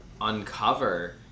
uncover